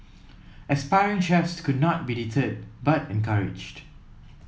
aspiring chefs could not be deterred but encouraged